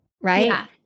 right